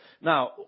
Now